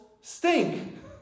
stink